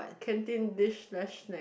canteen dish slash snack